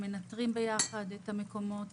אנחנו מנטרים יחד את המקומות.